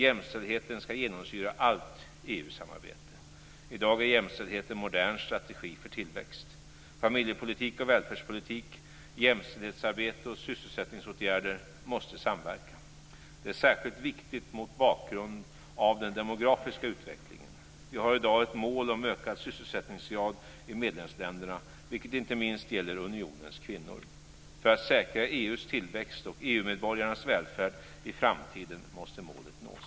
Jämställdheten ska genomsyra allt EU-samarbete. I dag är jämställdhet en modern strategi för tillväxt. Familjepolitik och välfärdspolitik, jämställdhetsarbete och sysselsättningsåtgärder måste samverka. Det är särskilt viktigt mot bakgrund av den demografiska utvecklingen. Vi har i dag ett mål om ökad sysselsättningsgrad i medlemsländerna, vilket inte minst gäller unionens kvinnor. För att säkra EU:s tillväxt och EU-medborgarnas välfärd i framtiden måste målet nås.